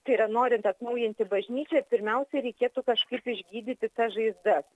tai yra norint atnaujinti bažnyčią pirmiausiai reikėtų kažkaip išgydyti tas žaizdas